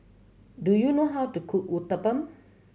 do you know how to cook Uthapam